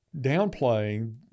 downplaying